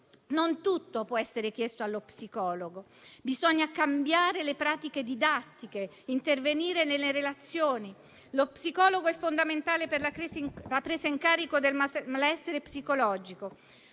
non tutto può essere chiesto allo psicologo. Bisogna cambiare le pratiche didattiche e intervenire nelle relazioni. Lo psicologo è fondamentale per la presa in carico del malessere psicologico,